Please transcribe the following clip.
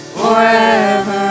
forever